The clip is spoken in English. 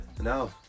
No